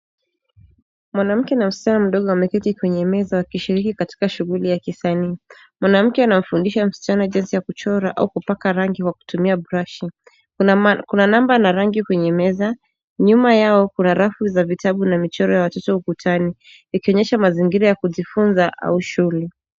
Mwanamke na msichana mdogo wameketi kwenye meza wakishiriki katika shughuli ya kisanii. Mwanamke anamfundisha msichana jinsi ya kuchora au kupaka rangi kwa kutumia brashi. Kuna namba na rangi kwenye meza, nyuma yao kuna rafu za vitabu na michoro ya watoto ukutani. Ikionyesha mazingira ya kujifunza au shule.